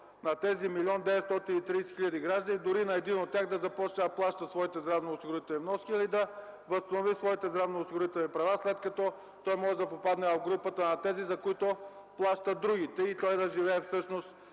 на тези 1 млн. 930 хил. граждани, дори един от тях да започне да плаща своите здравни осигурителни вноски или да възстанови своите здравноосигурителни права, след като може да попадне в групата на тези, за които плащат другите и той да получава